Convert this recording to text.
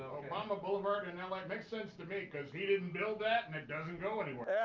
obama boulevard in and la, makes sense to me, because he didn't build that and it doesn't go anywhere.